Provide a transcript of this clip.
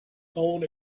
gold